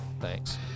Thanks